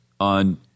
on